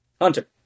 Hunter